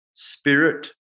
Spirit